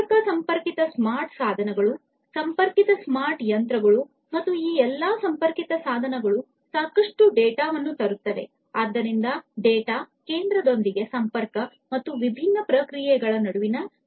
ಸಂಪರ್ಕ ಸಂಪರ್ಕಿತ ಸ್ಮಾರ್ಟ್ ಸಾಧನಗಳು ಸಂಪರ್ಕಿತ ಸ್ಮಾರ್ಟ್ ಯಂತ್ರಗಳು ಮತ್ತು ಈ ಎಲ್ಲಾ ಸಂಪರ್ಕಿತ ಸಾಧನಗಳು ಸಾಕಷ್ಟು ಡೇಟಾವನ್ನು ತರುತ್ತವೆ ಆದ್ದರಿಂದ ಡೇಟಾ ಕೇಂದ್ರದೊಂದಿಗೆ ಸಂಪರ್ಕ ಮತ್ತು ವಿಭಿನ್ನ ಪ್ರಕ್ರಿಯೆಗಳ ನಡುವಿನ ಸಂಪರ್ಕ